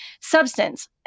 substance